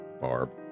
barb